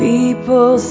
People